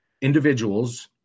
individuals